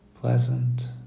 Pleasant